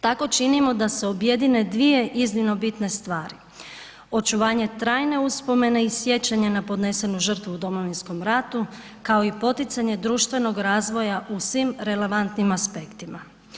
Tako činimo da se objedine dvije iznimno bitne stvari, očuvanje trajne uspomene i sjećanja na podnesenu žrtvu u Domovinskom ratu kao i poticanje društvenog razvoja u svim relevantnim aspektima.